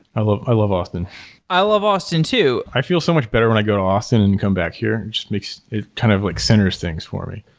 i love i love austin i love austin too i feel so much better when i go to austin and come back here. and it kind of like centers things for me.